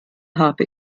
habe